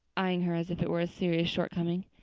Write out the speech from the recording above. eying her as if it were a serious shortcoming.